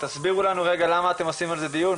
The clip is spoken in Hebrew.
תסבירו לנו רגע למה אתם עושים על זה דיון,